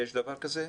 יש דבר כזה,